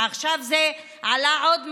עכשיו זה עלה עוד מדרגה,